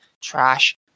trash